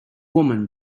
woman